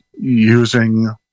Using